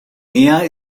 meer